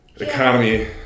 economy